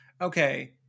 okay